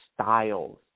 styles